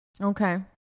Okay